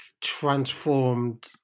transformed